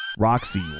Roxy